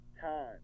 time